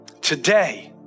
Today